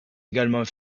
également